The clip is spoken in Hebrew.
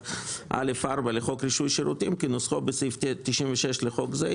31א4 לחוק רישוי שירותים כנוסחו בסעיף 96 לחוק זה,